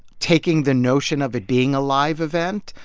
taking the notion of it being a live event,